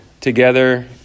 together